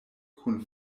kun